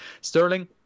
Sterling